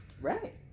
right